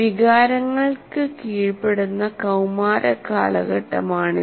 വികാരങ്ങൾ കീഴ്പ്പെടുന്ന കൌമാര കാലഘട്ടമാണിത്